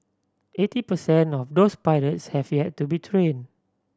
eighty per cent of those pilots have yet to be train